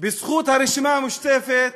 בזכות הרשימה המשותפת,